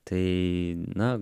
tai na